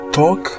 talk